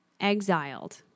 exiled